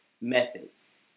methods